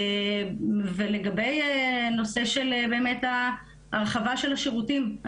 לגבי הנושא של ההרחבה של השירותים,